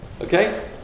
Okay